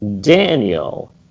Daniel